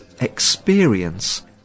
experience